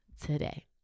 today